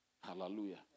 Hallelujah